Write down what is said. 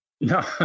No